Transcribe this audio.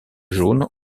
jaune